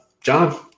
John